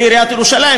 לעיריית ירושלים,